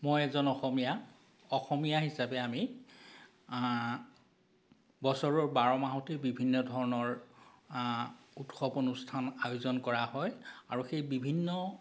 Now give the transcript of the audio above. মই এজন অসমীয়া অসমীয়া হিচাপে আমি বছৰৰ বাৰ মাহতেই বিভিন্ন ধৰণৰ উৎসৱ অনুষ্ঠান আয়োজন কৰা হয় আৰু সেই বিভিন্ন